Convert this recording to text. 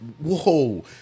whoa